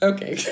Okay